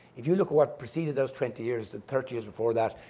if you look at what preceded those twenty years, the thirty years before that,